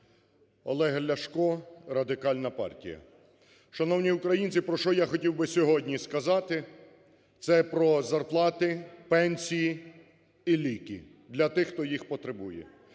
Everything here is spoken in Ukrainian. Олег Ляшко, Радикальна партія. Шановні українці, про що я хотів би сьогодні сказати – це про зарплати, пенсії і ліки для тих, хто їх потребує.